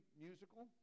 musical